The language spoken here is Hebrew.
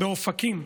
באופקים.